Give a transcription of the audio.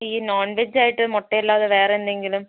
ഈ non veg ആയിട്ട് മുട്ടയല്ലാതെ വേറെ എന്തെങ്കിലും